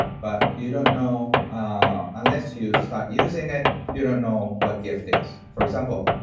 but you don't know. ah unless you start using it, you don't know what gift is. for example,